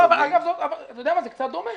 זה קצת דומה.